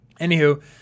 Anywho